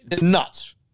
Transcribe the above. nuts